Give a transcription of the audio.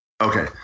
Okay